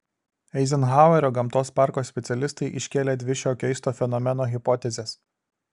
eizenhauerio gamtos parko specialistai iškėlė dvi šio keisto fenomeno hipotezes